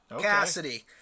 cassidy